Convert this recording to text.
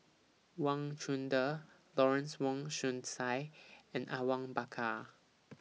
Wang Chunde Lawrence Wong Shyun Tsai and Awang Bakar